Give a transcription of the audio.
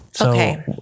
Okay